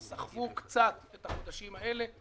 הן סחבו קצת את החודשים האלה,